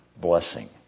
blessing